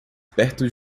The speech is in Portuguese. perto